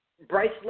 Bryce